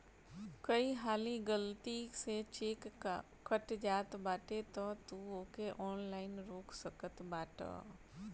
कई हाली गलती से चेक कट जात बाटे तअ तू ओके ऑनलाइन रोक सकत बाटअ